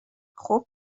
خوب